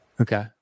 Okay